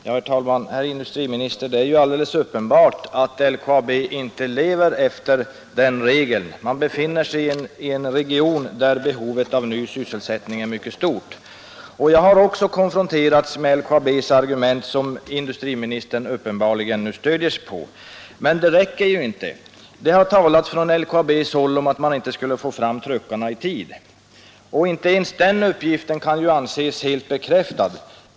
Herr talman! Det är ju alldeles uppenbart, herr industriminister, att LKAB inte lever efter den regeln. Företaget befinner sig i en region där behovet av ny sysselsättning är mycket stort. Också jag har konfronterats med LKAB:s argument, som industriministern nu uppenbarligen stöder sig på, men de räcker ju inte. Det har från LKAB uppgivits att Kirunaföretaget inte skulle kunna få fram truckarna i tid. Inte ens den uppgiften kan anses helt bekräftad.